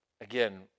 Again